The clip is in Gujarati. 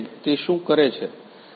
તે શું કરે છે